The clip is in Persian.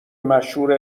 مشهور